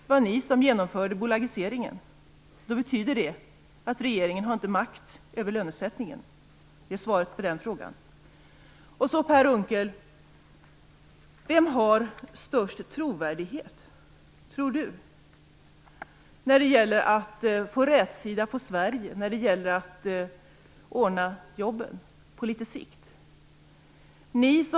Det var ni som genomförde bolagiseringen. Det betyder att regeringen inte har makt över lönesättningen. Det är svaret på den frågan. Vem har störst trovärdighet när det gäller att få rätsida på Sveriges problem och ordna fler jobb på litet längre sikt, Per Unckel?